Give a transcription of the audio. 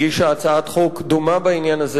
הגישה הצעת חוק דומה בעניין הזה,